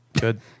Good